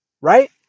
right